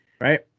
Right